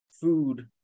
food